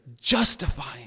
justifying